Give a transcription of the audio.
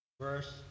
Verse